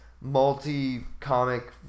multi-comic